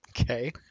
Okay